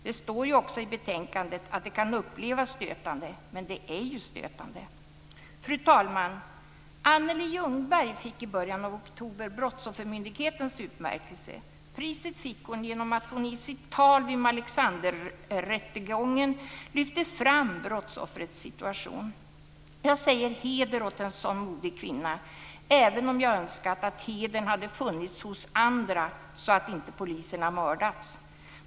Det står i betänkandet att det kan upplevas som stötande, men det är ju stötande. Fru talman! Anneli Ljungberg fick i början av oktober Brottsoffermyndighetens utmärkelse. Priset fick hon genom att hon i sitt tal vid Malexanderrättegången lyfte fram brottsoffrets situation. Jag säger: Heder åt en så modig kvinna, även om jag önskat att hedern hade funnits hos andra, så att inte poliserna mördats.